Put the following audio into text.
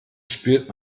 spielt